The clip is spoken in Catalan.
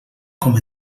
com